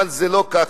אבל זה לא ככה.